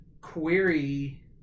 query